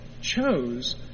chose